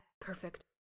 perfect